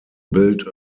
built